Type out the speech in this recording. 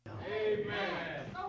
Amen